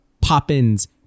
Poppins